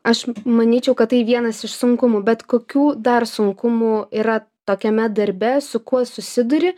aš manyčiau kad tai vienas iš sunkumų bet kokių dar sunkumų yra tokiame darbe su kuo susiduri